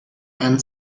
and